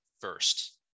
first